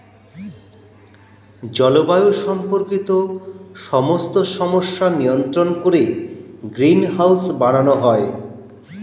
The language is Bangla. জলবায়ু সম্পর্কিত সমস্ত সমস্যা নিয়ন্ত্রণ করে গ্রিনহাউস বানানো হয়